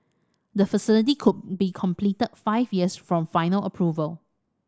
the facility could be completed five years from final approval